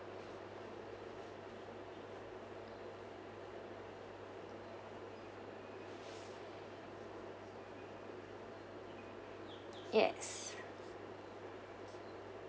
yes